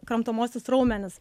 kramtomuosius raumenis